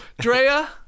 Drea